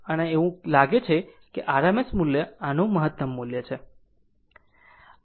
હવે આ એક એવું લાગે છે કે RMS મૂલ્ય આનું મહત્તમ મૂલ્ય છે